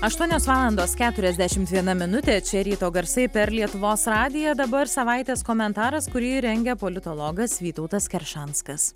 aštuonios valandos keturiasdešimt viena minutė čia ryto garsai per lietuvos radiją dabar savaitės komentaras kurį rengia politologas vytautas keršanskas